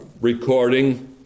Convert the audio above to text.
recording